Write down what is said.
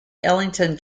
ellington